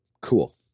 Cool